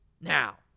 Now